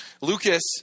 Lucas